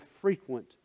frequent